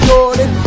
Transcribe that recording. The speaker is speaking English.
Jordan